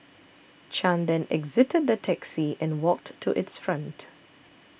Chan then exited the taxi and walked to its front